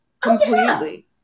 completely